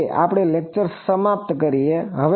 તો આપણે આ લેક્ચર અહીં સમાપ્ત કરીએ છીએ